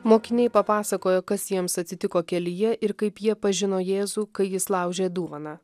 mokiniai papasakojo kas jiems atsitiko kelyje ir kaip jie pažino jėzų kai jis laužė duoną